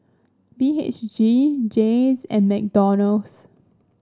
B H G Jays and McDonald's